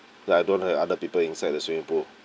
like I don't have other people inside the swimming pool